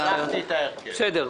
בסדר.